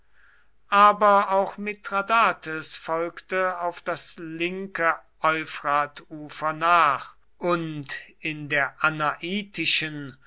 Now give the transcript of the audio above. aber auch mithradates folgte auf das linke euphratufer nach und in der